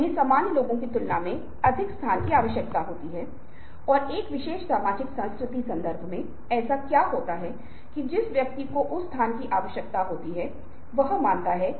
उस समकालीन संदर्भ में वे प्रकाश की गति से यात्रा करते हैं क्योंकि सूचना प्रकाश की गति से यात्रा करती है